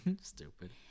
Stupid